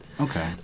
Okay